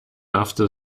after